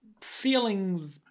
feeling